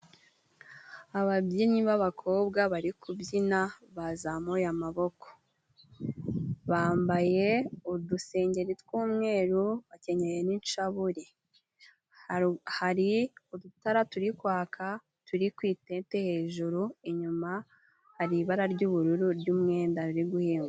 Ababyinnyi b'abakobwa bari kubyina bazamuye amaboko, bambaye udusengeri tw'umweru bakenye n'incabure, hari udutara turi kwaka turi kwitete hejuru inyuma, hari ibara ry'ubururu ry'umwenda riri guhinguka.